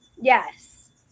Yes